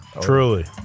Truly